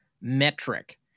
metric